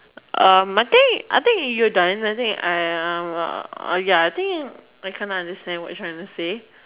um I think I think you're done I think uh ya I think I cannot understand what you are trying to say